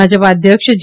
ભાજપા અધ્યક્ષ જે